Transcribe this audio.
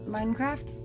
Minecraft